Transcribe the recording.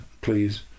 please